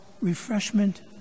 refreshment